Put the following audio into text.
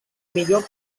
millor